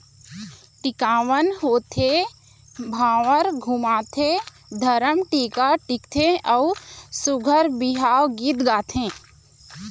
टिकावन होथे, भांवर घुमाथे, धरम टीका टिकथे अउ सुग्घर बिहाव गीत गाथे